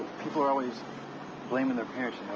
people are always blaming their parents.